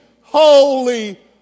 holy